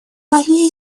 болезни